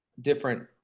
different